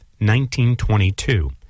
1922